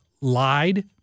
lied